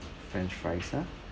french fries ah